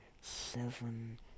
seven